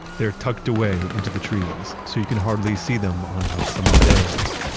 they're tucked away into the trees so you can hardly see them on lush summer days.